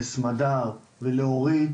לסמדר ולאורית,